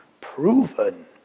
proven